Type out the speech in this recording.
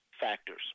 factors